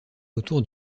autour